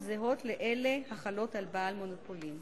זהות לאלה החלות על בעל מונופולין.